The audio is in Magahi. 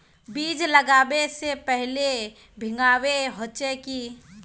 बीज लागबे से पहले भींगावे होचे की?